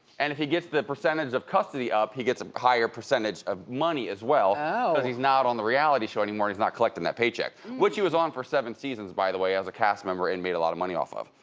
and if he gets the percentage of custody up, he gets a higher percentage of money as well. oh. because he's not on the reality show anymore and he's not collecting that paycheck. which he was on for seven seasons by the way as a cast member and made a lot of money off of.